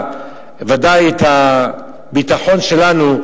ודאי, את הביטחון שלנו,